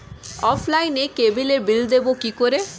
অফলাইনে ক্যাবলের বিল দেবো কি করে?